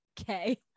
Okay